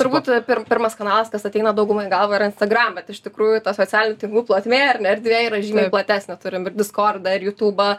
turbūt pir pirmas kanalas tas ateina daugumai į galvą yra instagram bet iš tikrųjų ta socialinių tinklų plotmė ar ne erdvė yra žymiai platesnė turim ir diskordą ir jutubą